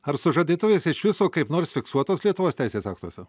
ar sužadėtuvės iš viso kaip nors fiksuotos lietuvos teisės aktuose